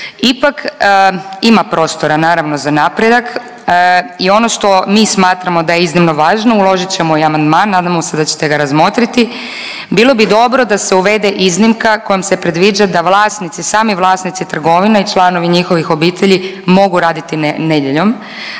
Ipak ima prostora naravno za napredak i ono što mi smatramo da je iznimno važno, uložit ćemo i amandman, nadamo se da ćete ga razmotriti, bilo bi dobro da se uvede iznimka kojom se predviđa da vlasnici, sami vlasnici trgovina i članovi njihovih obitelji mogu raditi nedjeljom,